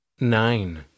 Nine